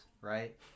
right